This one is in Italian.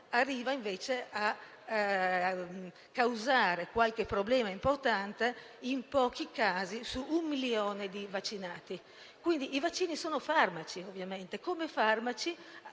arriva invece a causare qualche problema importante in pochi casi su un milione di vaccinati. I vaccini sono farmaci, ovviamente, e come farmaci